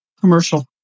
commercial